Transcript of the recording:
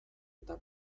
eta